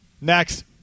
Next